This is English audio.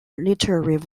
literary